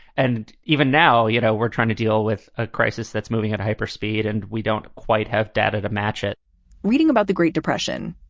and even now, you know, we're trying to deal with a crisis that's moving at hyper speed and we don't quite have data to match it reading about the great depression,